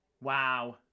wow